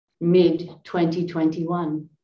mid-2021